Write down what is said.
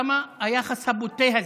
למה היחס הבוטה הזה?